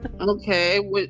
Okay